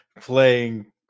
playing